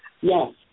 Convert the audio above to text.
Yes